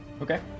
Okay